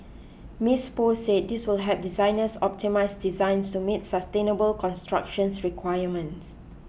Miss Poh said this will help designers optimise designs to meet sustainable construction requirements